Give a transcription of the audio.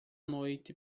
noite